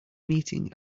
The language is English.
meeting